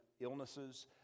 illnesses